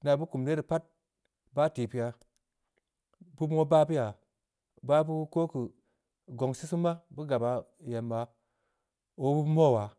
nenaa beu kum ye rii pat, bah tikpengha. beu moo bah beu ya, bah beu ko keu, gongsii sen maa. beu gabyaa ii em ya. obeu beu mouw yaa